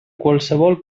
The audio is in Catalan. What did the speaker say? qualssevol